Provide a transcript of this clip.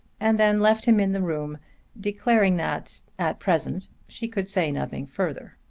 and then left him in the room declaring that at present she could say nothing further.